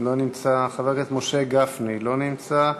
לא נמצא, חבר הכנסת משה גפני, לא נמצא,